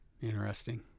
Interesting